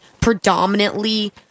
predominantly